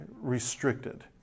restricted